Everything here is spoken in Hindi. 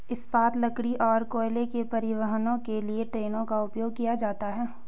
इस्पात, लकड़ी और कोयले के परिवहन के लिए ट्रेनों का उपयोग किया जाता है